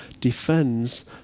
defends